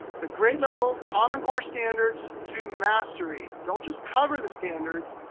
the grade level common core standards to mastery. don't just cover the standards,